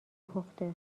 پخته